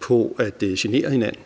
på at genere hinanden